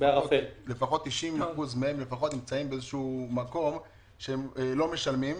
לפחות 90% נמצאים באיזשהו מקור שהם לא משלמים,